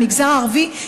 מהמגזר הערבי?